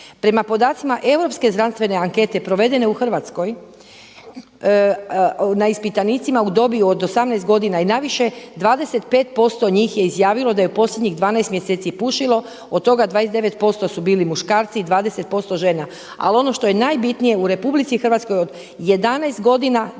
Prema podacima Europske znanstvene ankete provedene u Hrvatskoj na ispitanicima u dobi od 18 godina i na više, 25% njih je izjavilo da je u posljednjih 12 mjeseci pušilo, od toga 29% su bili muškarci i 20% žena. Ali ono što je najbitnije u RH od 11 godina